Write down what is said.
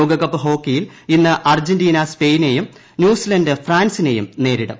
ലോകകപ്പ് ഹോക്കിയിൽ ഇന്ന് അർജന്റീന സ്പെയിനിനേയും ന്യൂസിലാന്റ് ഫ്രാൻസിനെയും നേരിടും